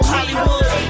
Hollywood